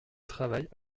travaille